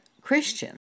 Christian